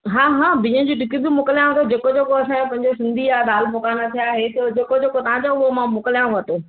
हा हा बिह जी टिकड़ी बि मोकिलियांव थी जेको जेको असांजो पंहिंजो सिंधी आहे दाल पकवान आहे छा हि थियो जेको जेको तव्हां चयो हुओ मां मोकिलियांव थी